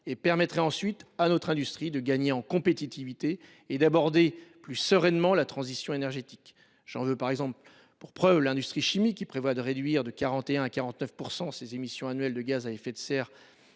on permettrait aussi à notre industrie de gagner en compétitivité et d’aborder plus sereinement la transition énergétique. J’en veux pour preuve l’industrie chimique, qui prévoit de réduire de 41 % à 49 % ses émissions annuelles de gaz à effet de serre